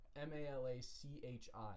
M-A-L-A-C-H-I